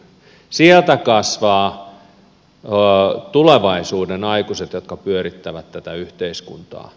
sieltä kasvavat tulevaisuuden aikuiset jotka pyörittävät tätä yhteiskuntaa